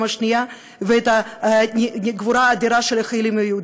השנייה ואת הגבורה האדירה של החיילים היהודים?